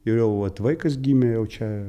jau vat vaikas gimė jau čia